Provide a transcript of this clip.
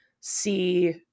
see